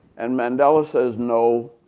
and mandela says, no,